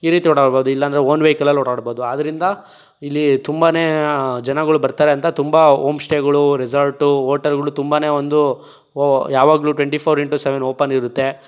ಈ ರೀತಿ ಓಡಾಡ್ಬೋದು ಇಲ್ಲ ಅಂದರೆ ಓನ್ ವೆಹಿಕಲಲ್ಲಿ ಓಡಾಡ್ಬೋದು ಆದ್ರಿಂದ ಇಲ್ಲಿ ತುಂಬನೇ ಜನಗಳು ಬರ್ತಾರೆ ಅಂತ ತುಂಬ ಹೋಮ್ ಸ್ಟೇಗಳು ರೆಸಾರ್ಟು ಹೋಟೆಲ್ಗಳು ತುಂಬನೇ ಒಂದು ಯಾವಾಗ್ಲೂ twenty four into seven open ಇರುತ್ತೆ